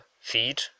feed